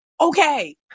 Okay